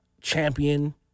champion